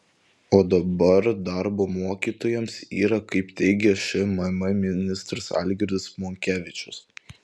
o dabar darbo mokytojams yra kaip teigia šmm ministras algirdas monkevičius